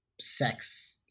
sex